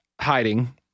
hiding